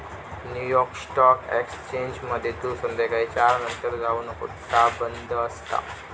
new York stock एक्सचेंजमध्ये तू संध्याकाळी चार नंतर जाऊ नको ता बंद असता